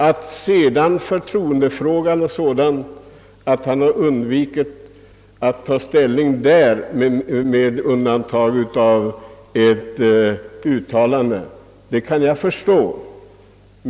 Att han sedan undvikit att ta ställning till förtroendefrågan kan jag förstå.